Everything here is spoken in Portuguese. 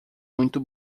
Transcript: muito